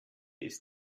ist